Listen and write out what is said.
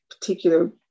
particular